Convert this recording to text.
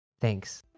thanks